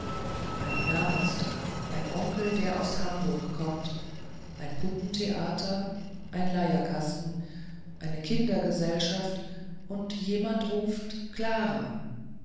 ein namenstag ein onkel der aus hamburg kommt ein puppentheater ein leierkasten eine kindergesellschaft und jemand ruft klara